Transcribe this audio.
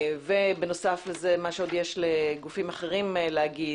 ובנוסף לזה מה שעוד יש לגופים אחרים להגיד